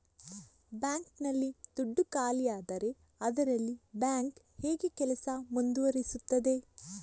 Bank ನಲ್ಲಿ ದುಡ್ಡು ಖಾಲಿಯಾದರೆ ಅದರಲ್ಲಿ ಬ್ಯಾಂಕ್ ಹೇಗೆ ಕೆಲಸ ಮುಂದುವರಿಸುತ್ತದೆ?